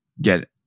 get